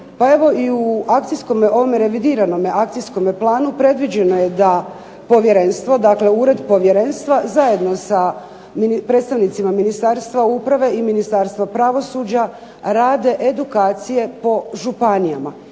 Pa evo i u ovome revidiranome akcijskome planu predviđeno je da povjerenstvo, dakle ured povjerenstva zajedno sa predstavnicima Ministarstva uprave i Ministarstva pravosuđa rade edukacije po županijama